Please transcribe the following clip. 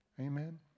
Amen